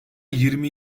yirmi